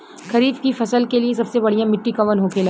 खरीफ की फसल के लिए सबसे बढ़ियां मिट्टी कवन होखेला?